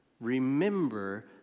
Remember